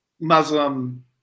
Muslim